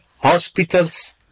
hospitals